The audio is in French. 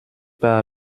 pas